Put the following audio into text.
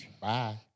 bye